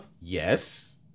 Yes